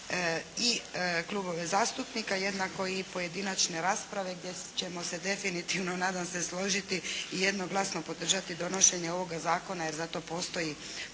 i klubove zastupnika, jednako i pojedinačne rasprave gdje ćemo se definitivno nadam se složiti i jednoglasno podržati donošenje ovoga zakona jer za to postoji